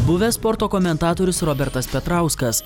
buvęs sporto komentatorius robertas petrauskas